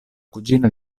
cugina